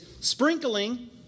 sprinkling